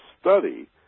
study